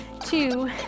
two